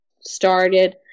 started